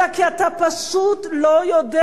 אלא כי אתה פשוט לא יודע,